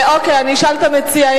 נשאל את המציע.